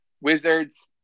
Wizards